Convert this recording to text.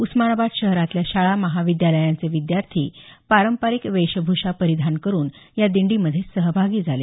उस्मानाबाद शहरातल्या शाळा महाविद्यालयांचे विद्यार्थी पारंपरिक वेशभूषा परिधान करून या दिंडीमध्ये सहभागी झाले